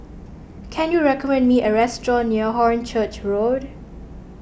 can you recommend me a restaurant near Hornchurch Road